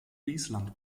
wiesland